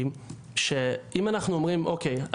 היא שאם אנחנו אומרים אוקיי,